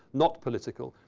not political.